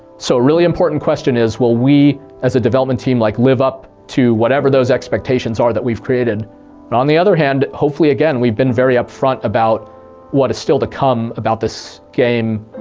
so a really important question is, will we as a development team like live up to whatever those expectations are that we've created? but on the other hand, hopefully again we've been very upfront about what is still to come about this game.